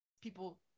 people